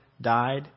died